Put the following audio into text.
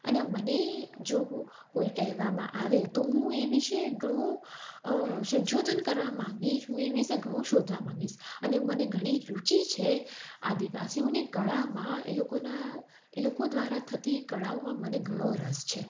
અને મને જો હું કોઈ કહેવામાં આવે કે તો હું એ વિશે ઘણું સંશોધન કરવા માંગીશ હું એ વિશે ઘણું શોધવા માંગીશ અને મને ઘણી રુચિ છે આદિવાસીઓની કળામાં એ લોકોના એ લોકો દ્વારા થતી કળાઓમાં મને ઘણો રસ છે